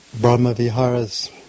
Brahma-viharas